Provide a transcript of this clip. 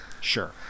Sure